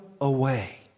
away